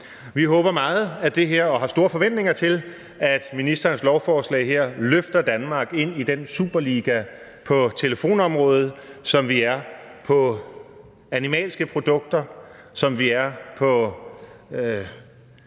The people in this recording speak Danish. om det her og har store forventninger til, at ministerens lovforslag her løfter Danmark ind i den superliga på telefonområdet, som vi er på animalske produkter, som vi er på